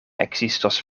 ekzistos